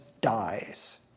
dies